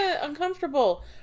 uncomfortable